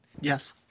Yes